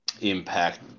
impact